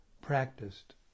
practiced